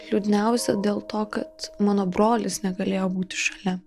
liūdniausia dėl to kad mano brolis negalėjo būti šalia